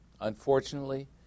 unfortunately